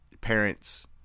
parents